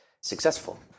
successful